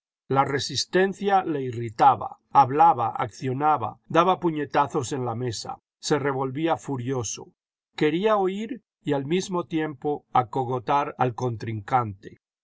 la resistencia le irritaba hablaba accionaba daba puñetazos en la mesa se revolvía furioso quería oír y al mismo tiempo acogotar al contrincante